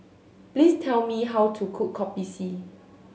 please tell me how to cook Kopi C